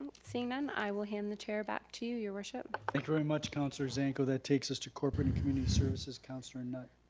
seeing none i will hand the chair back to you your worship. thank you very much councilor zanko. that takes us to corporate and community services councilor knutt.